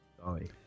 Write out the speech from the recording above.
Sorry